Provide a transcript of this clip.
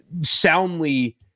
soundly